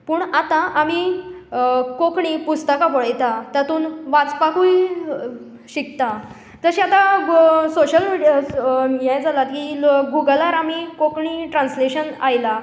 पूण आतां आमी कोंकणी पुस्तकां पळयता तातूंत वाचपाकूय शिकता तशें आतां सोशल मिडीया हें जालांच की लोक गुगलार आमी कोंकणी ट्रान्सलेशन आयला